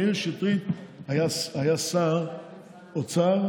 מאיר שטרית היה שר אוצר,